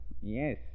Yes